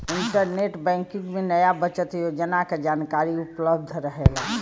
internet banking में नया बचत योजना क जानकारी उपलब्ध रहेला